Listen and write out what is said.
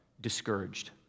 discouraged